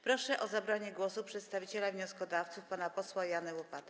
Proszę o zabranie głosu przedstawiciela wnioskodawców pana posła Jana Łopatę.